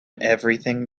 everything